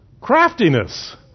Craftiness